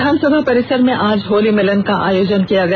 विधानसभा परिसर में होली मिलन का आयोजन किया गया